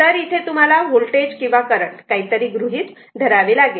तर इथे तुम्हाला होल्टेज किंवा करंट काहीतरी गृहीत धरावे लागेल